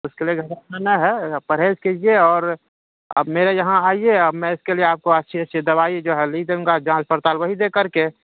اس کے لیے ہے پرہیز کیجیے اور آپ میرے یہاں آئیے اب میں اس کے لیے آپ کو اچھی اچھی دوائی جو ہے لکھ دوں گا جانچ پڑتال وہی دے کر کے